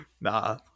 Nah